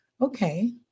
Okay